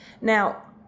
Now